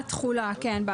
כן.